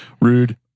rude